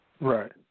Right